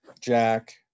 Jack